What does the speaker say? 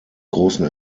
großen